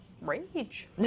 rage